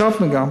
חשבנו גם